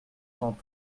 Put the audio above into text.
cent